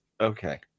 Okay